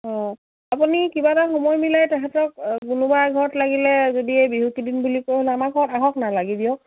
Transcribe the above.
অঁ আপুনি কিবা এটা সময় মিলাই তেহেঁতক কোনোবা ঘৰত লাগিলে যদি এই বিহুকেইদিন বুলি কয় হ'লে আমাৰ ঘৰত আহক না লাগি দিয়ক